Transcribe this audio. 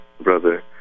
brother